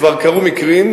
כבר קרו מקרים,